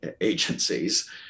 agencies